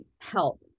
help